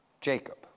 Jacob